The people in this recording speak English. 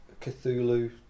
Cthulhu